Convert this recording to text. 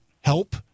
help